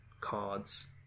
cards